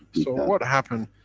so what happened,